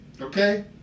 Okay